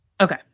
Okay